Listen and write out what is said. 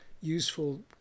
useful